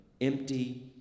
empty